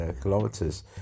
kilometers